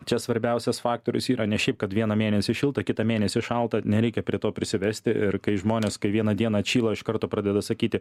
čia svarbiausias faktorius yra ne šiaip kad vieną mėnesį šilta kitą mėnesį šalta nereikia prie to prisivesti ir kai žmonės kai vieną dieną atšyla iš karto pradeda sakyti